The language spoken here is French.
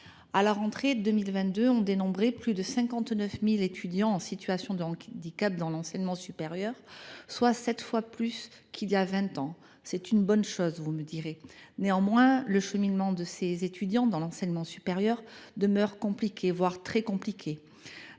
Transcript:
À la rentrée 2022, on dénombrait plus de 59 000 étudiants en situation de handicap dans l’enseignement supérieur, soit sept fois plus qu’il y a vingt ans. C’est une bonne chose, me direz vous. Néanmoins, le cheminement de ces étudiants dans l’enseignement supérieur demeure compliqué, voire très compliqué.